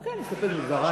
כן, להסתפק בדברי.